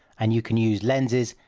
and you can use lenses,